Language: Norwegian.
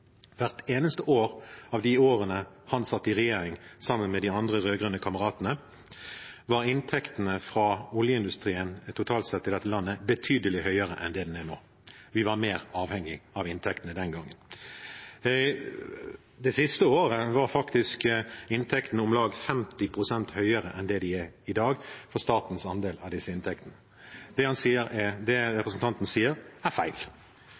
Hvert eneste år han satt i regjering sammen med de andre rød-grønne kameratene, var inntektene fra oljeindustrien totalt sett i dette landet betydelig høyere enn de er nå. Vi var mer avhengig av inntektene den gangen. Det siste året var faktisk statens andel av disse inntektene om lag 50 pst. høyere enn i dag. Det som representanten Slagsvold Vedum sier, er feil.